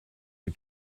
you